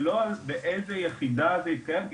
ולא על השאלה באיזו יחידה זה יתקיים,